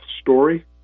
Story